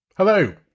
Hello